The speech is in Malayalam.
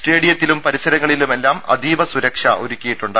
സ്റ്റേഡിയത്തിലും പരിസരങ്ങളിലുമെല്ലാം അതീവ സുരക്ഷ ഒരുക്കിയിട്ടുണ്ട്